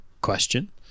question